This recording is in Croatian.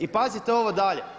I pazite ovo dalje.